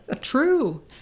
True